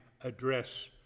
address